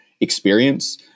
experience